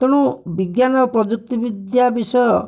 ତେଣୁ ବିଜ୍ଞାନ ଓ ପ୍ରଯୁକ୍ତି ବିଦ୍ୟା ବିଷୟ